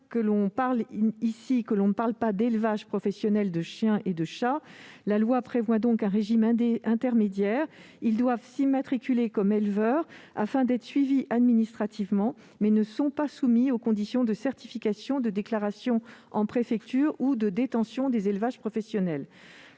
qu'il ne s'agit pas ici d'élevage professionnel de chiens et chats. La loi prévoit donc un régime intermédiaire : les personnes concernées doivent s'immatriculer comme éleveurs, afin d'être suivies administrativement, mais elles ne sont pas soumises aux conditions de certification, de déclaration en préfecture ou de détention des élevages professionnels.